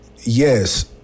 yes